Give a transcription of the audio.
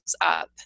up